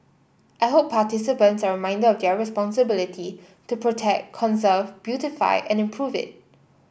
I hope participants are reminded of their responsibility to protect conserve beautify and improve it